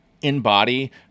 in-body